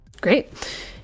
Great